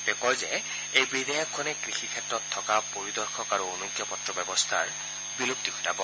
তেওঁ কয় যে এই বিধেয়ক খনে কৃষি ক্ষেত্ৰত থকা পৰিদৰ্শক আৰু অনুজ্ঞাপত্ৰ ব্যৱস্থাৰ বিলুপ্তি ঘটাব